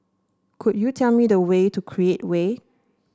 could you tell me the way to Create Way